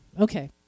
okay